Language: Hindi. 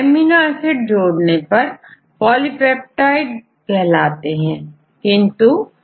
एमिनो एसिड जोड़ने पर पॉलिपेप्टाइड कहलाते हैं किंतु सारे पॉलिपेप्टाइड प्रोटीन नहीं होते